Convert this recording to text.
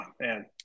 man